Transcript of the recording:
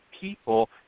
people